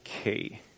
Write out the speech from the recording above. Okay